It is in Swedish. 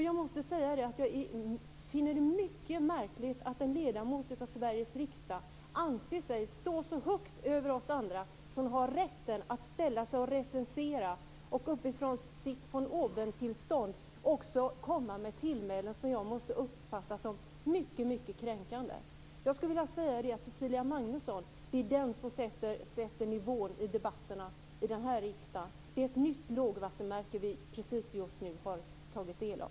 Jag måste säga att jag finner det mycket märkligt att en ledamot av Sveriges riksdag anser sig stå så högt över oss andra att hon har rätten att recensera och från sitt von oben-perspektiv komma med tillmälen som jag måste uppfatta som mycket kränkande. Jag skulle vilja säga att Cecilia Magnusson är den som sätter nivån på debatterna i riksdagen. Det är ett nytt lågvattenmärke vi precis har tagit del av.